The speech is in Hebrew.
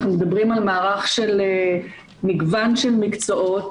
אנחנו מדברים על מערך של מגוון של מקצועות